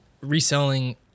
reselling